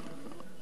לא מזמן,